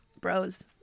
bros